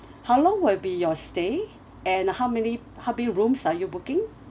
how long will be your stay and how many how many rooms are you booking